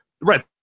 right